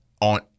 on